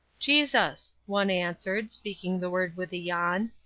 jesus, one answered, speaking the word with a yawn.